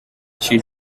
chee